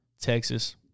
Texas